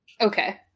Okay